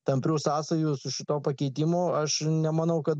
tamprių sąsajų su šituo pakeitimu aš nemanau kad